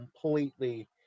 completely